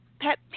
pet